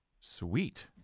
Sweet